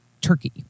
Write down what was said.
turkey